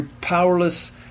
powerless